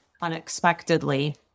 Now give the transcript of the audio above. unexpectedly